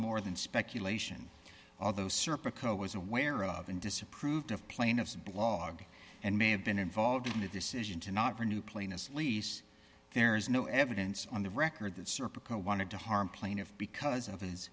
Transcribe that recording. more than speculation although circuit was aware of and disapproved of plaintiff's blog and may have been involved in the decision to not renew plainness lease there is no evidence on the record that serco wanted to harm plaintiff because of his